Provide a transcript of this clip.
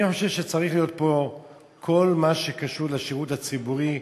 אני חושב שצריך להיות פה כל מה שקשור לשירות הציבורי,